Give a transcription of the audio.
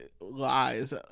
lies